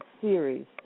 series